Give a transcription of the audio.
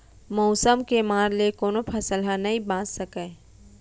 मउसम के मार ले कोनो फसल ह नइ बाच सकय